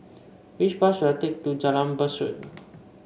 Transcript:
which bus should I take to Jalan Besut